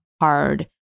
hard